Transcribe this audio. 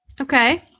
Okay